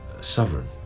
sovereign